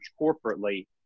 corporately